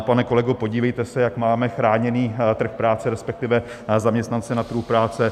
Pane kolego, podívejte se, jak máme chráněný trh práce, respektive zaměstnance na trhu práce.